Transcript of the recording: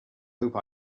hope